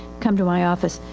come to my office.